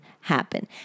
happen